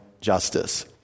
justice